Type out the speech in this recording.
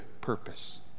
purpose